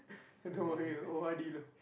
don't worry o_r_d loh